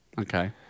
Okay